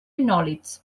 nòlits